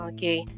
Okay